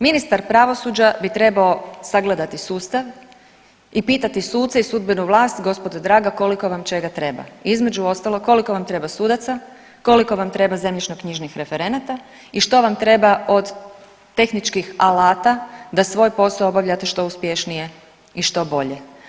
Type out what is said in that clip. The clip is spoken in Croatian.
Ministar pravosuđa bi trebao sagledati sustav i pitati suce i sudbenu vlast gospodo draga koliko vam čega treba, između ostalog koliko vam treba sudaca, koliko vam treba zemljišno-knjižnih referenata i što vam treba od tehničkih alata da svoj posao obavljate što uspješnije i što bolje.